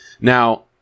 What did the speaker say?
Now